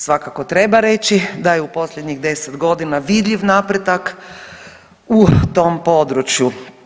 Svakako treba reći da je u posljednjih 10.g. vidljiv napredak u tom području.